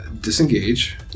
disengage